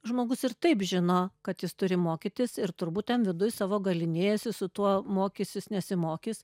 žmogus ir taip žino kad jis turi mokytis ir turbūt ten viduj savo galynėjasi su tuo mokysis nesimokys